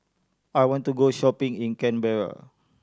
I want to go shopping in Canberra